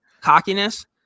cockiness